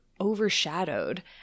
overshadowed